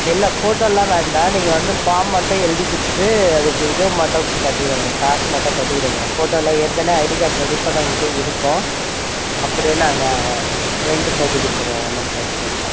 இல்லை போட்டோலாம் வேண்டாம் நீங்கள் வந்து ஃபார்ம் மட்டும் எழுதி கொடுத்துட்டு அதுக்கு இது மட்டும் கட்டிவிடுங்க காசு மட்டும் கட்டிவிடுங்க போட்டோலாம் ஏற்கனவே ஐடி கார்டு ரெடி பண்ணவங்கக்கிட்டயே இருக்கும் அப்படியே நாங்கள் பிரிண்ட் போட்டு கொடுத்துடுவோம் ஒன்றும் பிரச்சனை இல்லை